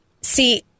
See